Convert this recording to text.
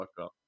up